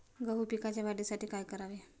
गहू पिकाच्या वाढीसाठी काय करावे?